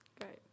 great